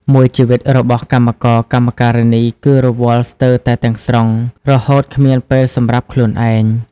មួយជីវិតរបស់កម្មករកម្មការិនីគឺរវល់ស្ទើរតែទាំងស្រុង រហូតគ្មានពេលសម្រាប់ខ្លួនឯង។